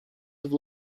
have